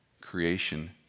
Creation